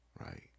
right